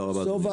שלום,